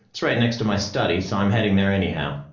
it's right next to my study, so i'm heading there anyhow.